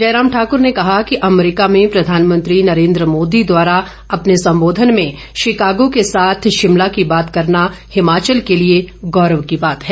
जयराम ठाकूर ने कहा कि अमरीका में प्रधानमंत्री नरेन्द्र मोदी द्वारा अपने संबोधन में शिकागो के साथ शिमला की बात करेना हिमाचल के लिए गौरव की बात है